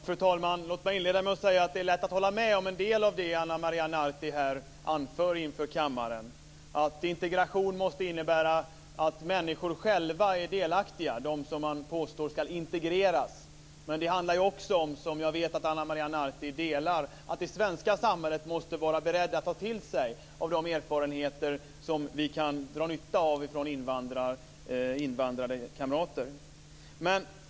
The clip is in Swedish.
Fru talman! Låt mig inleda med att säga att det är lätt att hålla med om en del av det Ana Maria Narti här anför inför kammaren. Integration måste innebära att människor själva är delaktiga, de som man påstår ska integreras. Men det handlar också om - en uppfattning som jag vet att Ana Maria Narti delar - att det svenska samhället måste vara berett att ta till sig av de erfarenheter som vi kan dra nytta av från invandrade kamrater.